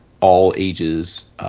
all-ages